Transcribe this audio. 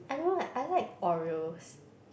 I know like I like Oreos